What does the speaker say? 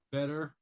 Better